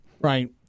Right